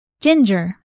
Ginger